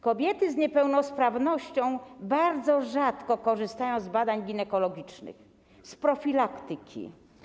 Kobiety z niepełnosprawnością bardzo rzadko korzystają z badań ginekologicznych, z profilaktyki.